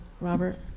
Robert